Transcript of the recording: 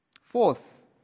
Fourth